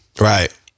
Right